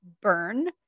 burn